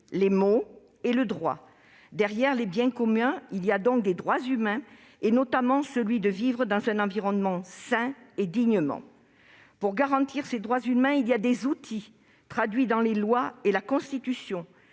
les mots, et il y a le droit. Derrière les biens communs, il y a donc des droits humains, notamment celui de vivre dignement dans un environnement sain. Pour garantir ces droits humains, il existe des outils, traduits dans des lois et dans la Constitution.